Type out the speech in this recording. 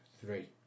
Three